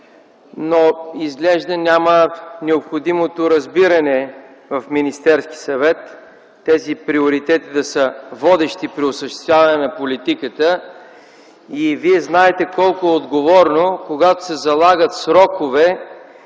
но изглежда няма необходимото разбиране в Министерския съвет тези приоритети да са водещи при осъществяването на политиката. Знаете колко е отговорно когато се залагат срокове,